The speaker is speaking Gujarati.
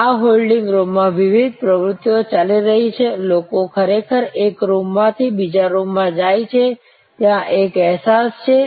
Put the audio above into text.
આ હોલ્ડિંગ રૂમમાં વિવિધ પ્રવૃત્તિઓ ચાલી રહી છે લોકો ખરેખર એક રૂમમાંથી બીજા રૂમમાં જાય છે ત્યાં એક અહેસાસ છે